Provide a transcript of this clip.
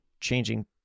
changing